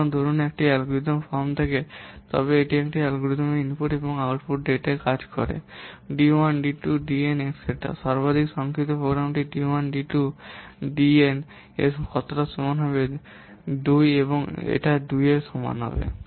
সুতরাং ধরুন যদি একটি অ্যালগরিদম ফর্ম থাকে তবে যদি একটি অ্যালগরিদম ইনপুট এবং আউটপুট ডেটে কাজ করে d 1 d 2 dn ইত্যাদি সর্বাধিক সংক্ষিপ্ত প্রোগ্রামটি d 1 d 2 dn এর কতটা সমান হবে 2 এবং এটা 2 এর সমান হবে